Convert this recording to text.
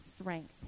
strength